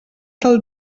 del